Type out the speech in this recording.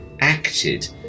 acted